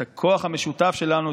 את הכוח המשותף שלנו.